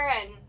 and-